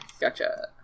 Gotcha